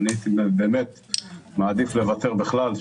אני מעדיף הייתי לוותר בכלל,